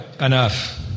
enough